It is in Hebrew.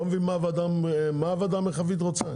אני לא מבין מה הוועדה המרחבית רוצה.